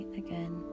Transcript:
again